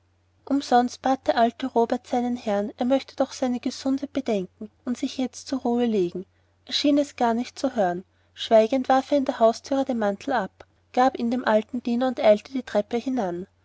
umsonst bat der alte robert seinen herrn er möchte doch seine gesundheit bedenken und sich jetzt zur ruhe legen er schien es gar nicht zu hören schweigend warf er in der haustüre den mantel ab gab ihn dem alten und eilte die treppe hinan